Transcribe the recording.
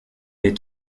les